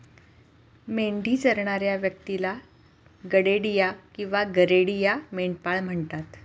मेंढी चरणाऱ्या व्यक्तीला गडेडिया किंवा गरेडिया, मेंढपाळ म्हणतात